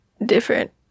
different